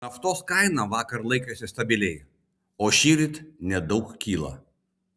naftos kaina vakar laikėsi stabiliai o šįryt nedaug kyla